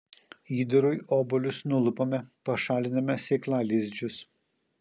įdarui obuolius nulupame pašaliname sėklalizdžius